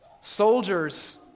Soldiers